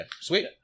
Sweet